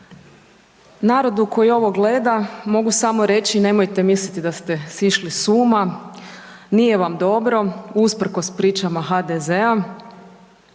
Narodu koji ovo gleda, mogu samo reći nemojte misliti da ste sišli s uma, nije vam dobro usprkos pričama HDZ-a,